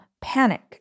panic